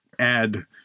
add